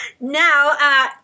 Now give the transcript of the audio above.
now